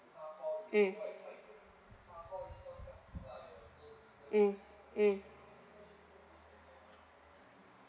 mm mm mm